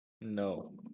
No